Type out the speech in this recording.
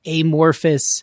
amorphous